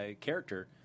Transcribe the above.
character